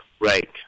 Right